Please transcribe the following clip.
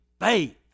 faith